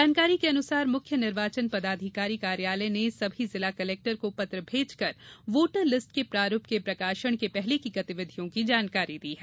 जानकारी के अनुसार मुख्य निर्वाचन पदाधिकारी कार्यालय ने सभी जिला कलेक्टर को पत्र भेजकर वोटर लिस्ट के प्रारूप के प्रकाशन के पहले की गतिविधियों की जानकारी दी है